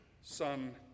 Son